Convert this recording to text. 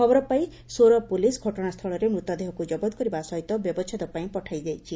ଖବର ପାଇ ସୋର ପୋଲିସ୍ ଘଟଣାସ୍ଥଳରେ ମୃତଦେହକୁ ଜବତ କରିବା ସହିତ ବ୍ୟବଛେଦ ପାଇଁ ପଠାଇଦେଇଛି